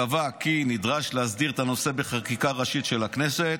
הוא קבע כי נדרש להסדיר את הנושא בחקיקה ראשית של הכנסת.